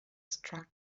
struck